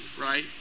right